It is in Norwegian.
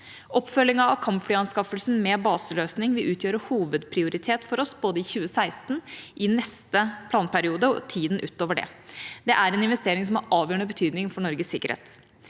Oppfølgingen av kampflyanskaffelsen med baseløsning vil utgjøre hovedprioritet for oss både i 2016, i neste planperiode og tida utover det. Det er en investering som har avgjørende betydning for Norges sikkerhet.